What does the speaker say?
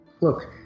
look